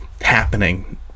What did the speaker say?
happening